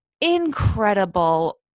incredible